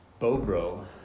Bobro